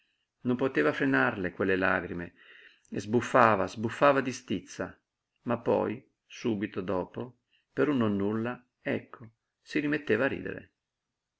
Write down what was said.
non poteva frenarle quelle lagrime e sbuffava sbuffava di stizza ma poi subito dopo per un nonnulla ecco si rimetteva a ridere